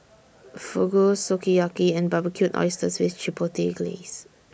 Fugu Sukiyaki and Barbecued Oysters with Chipotle Glaze